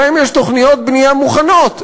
שבהם יש תוכניות בנייה מוכנות,